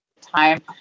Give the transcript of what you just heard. time